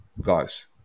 guys